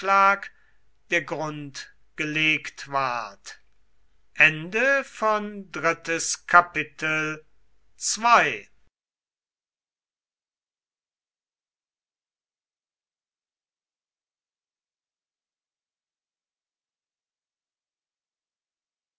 der grund gelegt ward